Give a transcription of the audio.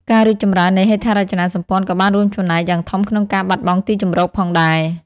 ការរីកចម្រើននៃហេដ្ឋារចនាសម្ព័ន្ធ ក៏បានរួមចំណែកយ៉ាងធំក្នុងការបាត់បង់ទីជម្រកផងដែរ។